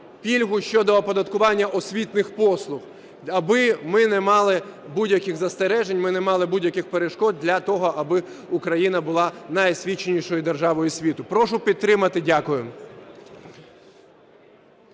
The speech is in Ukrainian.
пільгу щодо оподаткування освітніх послуг, аби ми не мали будь-яких застережень, ми не мали будь-яких перешкод для того, аби Україна була найосвіченішою державою світу. Прошу підтримати. Дякую.